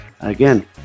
again